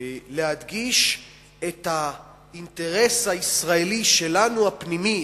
להדגיש את האינטרס הישראלי שלנו הפנימי,